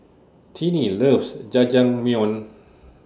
Tinnie loves Jajangmyeon